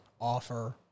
offer